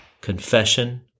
confession